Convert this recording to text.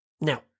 Now